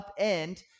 upend